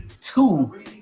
two